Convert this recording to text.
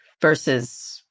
versus